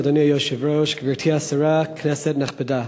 אדוני היושב-ראש, גברתי השרה, כנסת נכבדה,